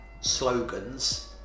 slogans